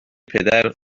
پدر